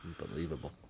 Unbelievable